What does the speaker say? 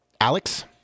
Alex